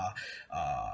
uh